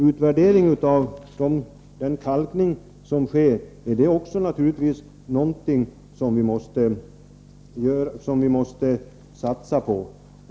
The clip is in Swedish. Utvärderingen av den kalkning som sker är naturligtvis också någonting som vi måste satsa på.